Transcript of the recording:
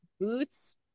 boots